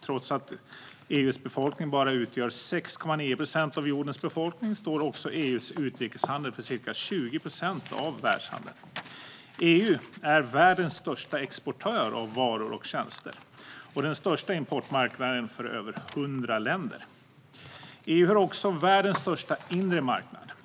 Trots att EU:s befolkning utgör bara 6,9 procent av jordens befolkning står EU:s utrikeshandel för ca 20 procent av världshandeln. EU är världens största exportör av varor och tjänster och den största importmarknaden för över hundra länder. EU har också världens största inre marknad.